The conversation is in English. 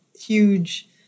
huge